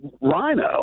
rhino